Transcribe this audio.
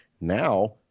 now